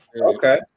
Okay